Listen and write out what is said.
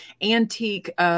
antique